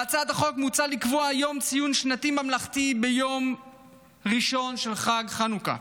בהצעת החוק מוצע לקבוע יום ציון שנתי ממלכתי ביום ראשון של חג חנוכה,